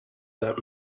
that